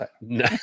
No